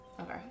Okay